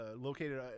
located